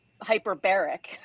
hyperbaric